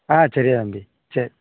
ஆ சரிய்யா தம்பி சரி